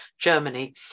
Germany